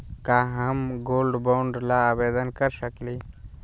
का हम gold bond ल आवेदन कर सकली?